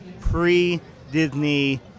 pre-Disney